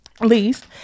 least